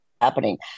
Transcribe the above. Happening